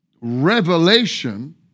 Revelation